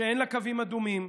שאין לה קווים אדומים,